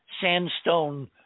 sandstone